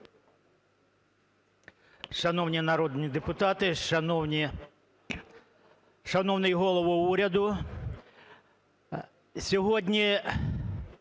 Дякую.